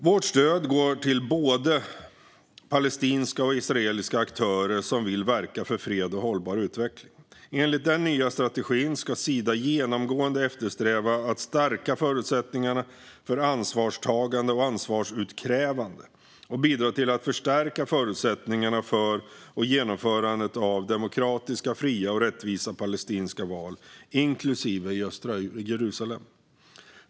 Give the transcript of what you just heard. Vårt stöd går till både palestinska och israeliska aktörer som vill verka för fred och hållbar utveckling. Enligt den nya strategin ska Sida genomgående eftersträva att stärka förutsättningar för ansvarstagande och ansvarsutkrävande och bidra till att förstärka förutsättningarna för och genomförandet av demokratiska, fria och rättvisa palestinska val, inklusive i östra Jerusalem.